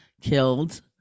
killed